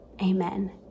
Amen